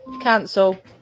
cancel